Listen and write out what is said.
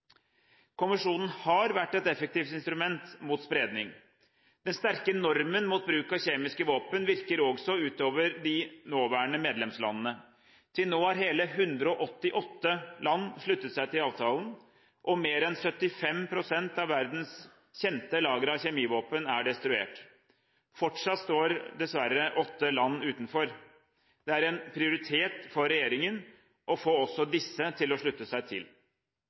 har vært et effektivt instrument mot spredning. Den sterke normen mot bruk av kjemiske våpen virker også utover de nåværende medlemslandene. Til nå har hele 188 land sluttet seg til avtalen, og mer enn 75 pst. av verdens kjente lagre av kjemivåpen er destruert. Fortsatt står dessverre åtte land utenfor. Det er en prioritet for regjeringen å få også disse til å slutte seg til.